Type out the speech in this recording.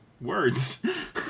words